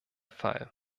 fall